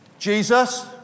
Jesus